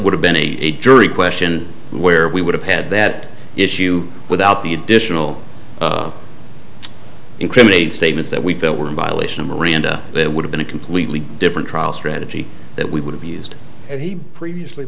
would have been a a jury question where we would have had that issue without the additional incriminating statements that we felt were in violation miranda it would've been a completely different trial strategy that we would have used that he previously